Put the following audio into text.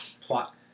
plot